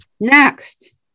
next